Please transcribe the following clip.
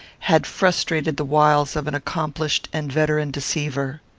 had frustrated the wiles of an accomplished and veteran deceiver.